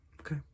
Okay